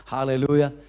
Hallelujah